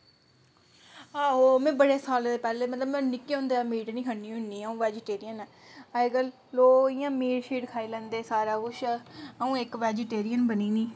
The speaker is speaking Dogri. आहो में बड़े साले पैह्ले में मतलब निक्की ओंदे दा मीट नेईं खन्नी होन्नी हां अ'ऊं बैजीटेरियन आं अजकल्ल लोक इ'यां मीट शीट खाई लेंदे सारा कुछ अ'ऊं इक वारी बैजीटेरियन बनी दी